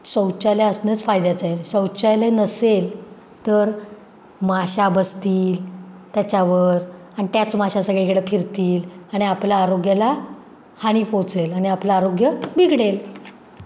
शौचालय असणंच फायद्याचं आहे शौचालय नसेल तर माश्या बसतील त्याच्यावर आणि त्याच माश्या सगळीकडे फिरतील आणि आपल्या आरोग्याला हानी पोचेल आणि आपला आरोग्य बिगडेल